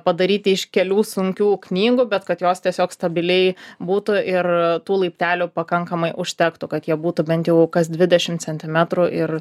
padaryti iš kelių sunkių knygų bet kad jos tiesiog stabiliai būtų ir tų laiptelių pakankamai užtektų kad jie būtų bent jau kas dvidešimt centimetrų ir